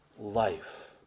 life